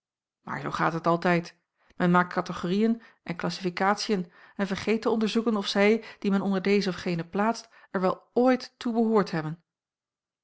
maar zoo gaat het altijd men maakt kategoriën en klassifikatiën en vergeet te onderzoeken of zij die men onder deze of gene plaatst er wel ooit toe behoord hebben